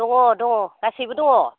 दङ दङ गासैबो दङ